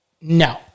No